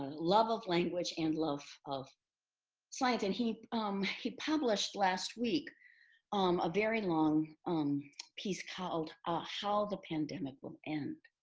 love of language and love of science. and he he published last week um a very long um piece called ah how the pandemic will end.